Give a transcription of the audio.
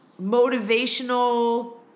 motivational